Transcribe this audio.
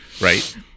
right